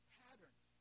patterns